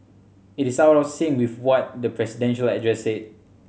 it is out of sync with what the presidential address said